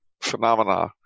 phenomena